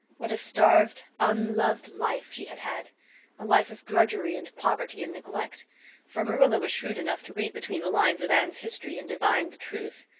what a starved, unloved life she had had a life of drudgery and poverty and neglect for marilla was shrewd enough to read between the lines of anne's history and divine the truth.